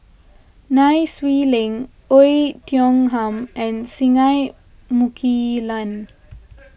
Nai Swee Leng Oei Tiong Ham and Singai Mukilan